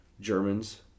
Germans